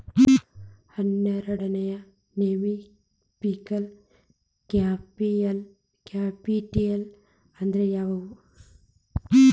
ಹನ್ನೆರ್ಡ್ ನಮ್ನಿ fixed capital ಅಂದ್ರ ಯಾವವ್ಯಾವು?